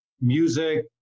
music